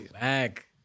Back